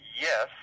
yes